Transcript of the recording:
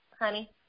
Honey